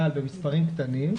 למה בסמי עופר לא יוכלו להכניס 2,000